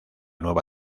nueva